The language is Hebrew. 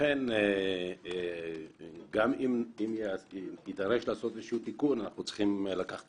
לכן גם אם יידרש להיעשות תיקון צריך לקחת